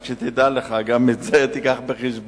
רק שתדע לך, גם את זה תיקח בחשבון.